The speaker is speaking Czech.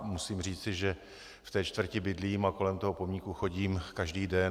Musím říci, že v té čtvrti bydlím a kolem toho pomníku chodím každý den.